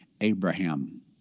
Abraham